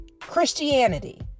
Christianity